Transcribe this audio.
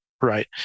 Right